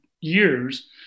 years